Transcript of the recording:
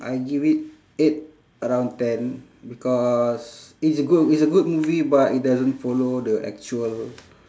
I give it eight out of ten because it's g~ it's a good movie but it doesn't follow the actual